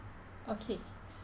okay